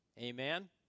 Amen